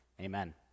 Amen